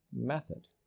method